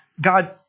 God